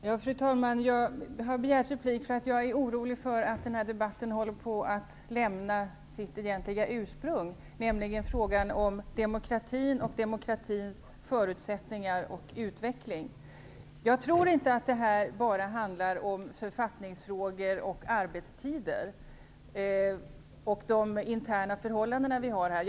Fru talman! Jag har begärt replik för att jag är orolig för att den här debatten håller på att lämna sitt egentliga ursprung, nämligen frågan om demokratin och demokratins förutsättningar och utveckling. Jag tror inte att detta bara handlar om författningsfrågor, arbetstider och de interna förhållanden vi har här.